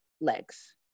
legs